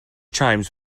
chimes